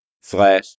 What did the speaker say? slash